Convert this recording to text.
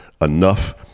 enough